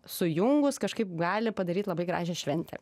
sujungus kažkaip gali padaryt labai gražią šventę